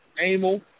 Amel